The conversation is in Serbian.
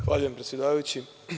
Zahvaljujem predsedavajući.